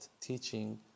teaching